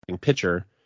pitcher